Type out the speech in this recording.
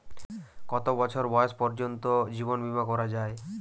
কত বছর বয়স পর্জন্ত জীবন বিমা করা য়ায়?